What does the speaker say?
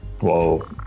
Whoa